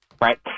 Right